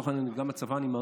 ואני מעריך שגם הצבא,